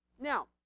Now